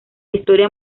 historia